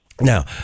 now